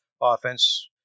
offense